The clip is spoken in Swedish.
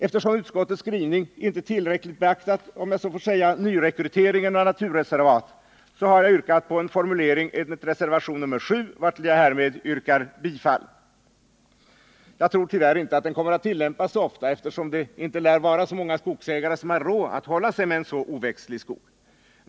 Eftersom utskottet i sin skrivning inte tillräckligt beaktat — om jag så får säga — nyrekryteringen av naturreservat, har jag i reservation 7, till vilken jag härmed yrkar bifall, yrkat på en annan formulering. Jag tror tyvärr inte att den kommer att tillämpas så ofta, eftersom det inte lär vara så många skogsägare som har råd att hålla sig med en sådan oväxtlig skog.